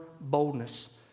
boldness